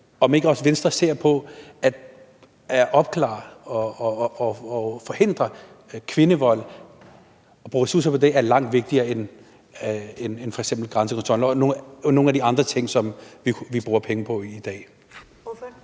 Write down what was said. ikke også på at opklare og forhindre kvindevold? At bruge ressourcer på det er langt vigtigere end f.eks. grænsekontrollen og nogle af de andre ting, som vi bruger penge på i dag. Kl.